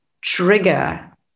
trigger